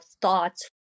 thoughts